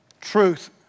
truth